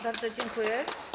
Bardzo dziękuję.